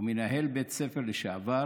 ומנהל בית ספר לשעבר